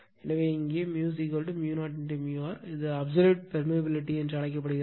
எனவே எங்கே 0 r இது அப்சலிட் பெரிமியபிலிட்டி என்று அழைக்கப்படுகிறது